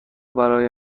برای